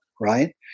right